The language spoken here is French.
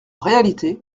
réalité